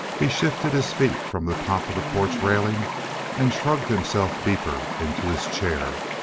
he shifted his feet from the top of the porch railing and shrugged himself deeper into his chair.